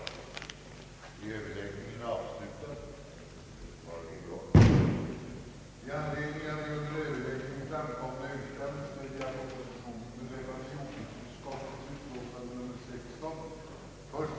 a. anhålla om åtgärder för att vid pågående riksplanering av markanvändningen måtte beaktas, att åkerjorden skulle komma till bästa möjliga användning med hänsyn till de krav som ställdes från såväl beredskapspolitiska som samhällsekonomiska synpunkter,